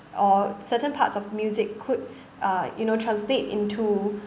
or certain parts of music could uh you know translate into